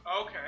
Okay